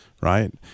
right